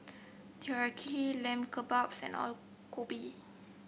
Teriyaki Lamb Kebabs and Alu Gobi